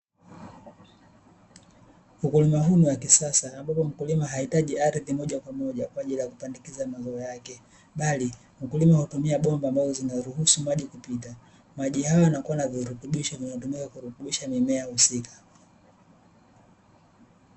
Ukulima huu ni wa kisasa ambapo mkulima haitaji ardhi moja kwa moja kwa ajili ya kupandikiza mazao yake, bali mkulima hutumia bomba ambazo zinaruhusu maji kupita, maji hayo yanakuwa na virutubisho vinavyotumika kurutubisha mimea husika.